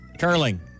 Curling